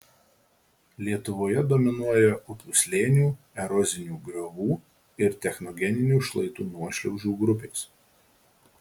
lietuvoje dominuoja upių slėnių erozinių griovų ir technogeninių šlaitų nuošliaužų grupės